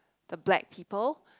the black people